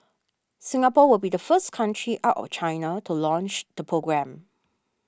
Singapore will be the first country out of China to launch the programme